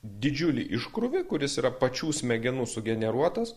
didžiulį iškrūvį kuris yra pačių smegenų sugeneruotas